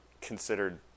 considered